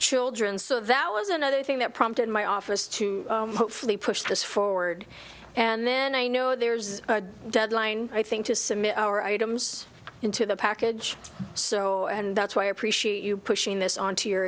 children so that was another thing that prompted my office to hopefully push this forward and then i know there's a deadline i think to submit our items into the package so and that's why i appreciate you pushing this onto your